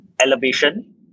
elevation